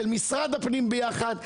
של משרד הפנים ביחד,